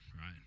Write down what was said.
right